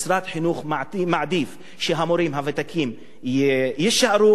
משרד החינוך מעדיף שהמורים הוותיקים יישארו